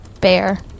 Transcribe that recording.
Bear